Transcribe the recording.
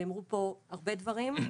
נאמרו פה הרבה דברים.